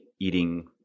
eating